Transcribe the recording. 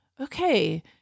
okay